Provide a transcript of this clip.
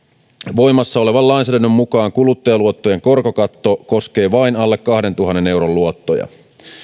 voimassa olevan lainsäädännön mukaan kuluttajaluottojen korkokatto koskee vain alle kahdentuhannen euron luottoja